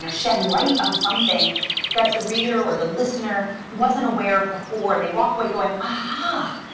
ah shed light on something that the reader or the listener wasn't aware of before and they walk away going, aha!